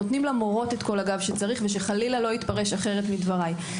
נותנים למורות אל כל הגב שצריך וחלילה שלא יתפרש אחרת מדבריי.